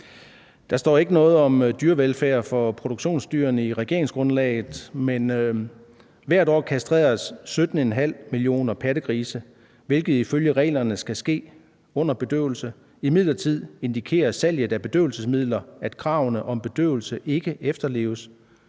Der står ikke noget om dyrevelfærd for produktionsdyrene i regeringsgrundlaget, men hvert år kastreres 17,5 millioner pattegrise, hvilket ifølge reglerne skal ske under bedøvelse; imidlertid indikerer salget af bedøvelsesmidler, at kravet om bedøvelse ikke efterleves